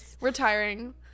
Retiring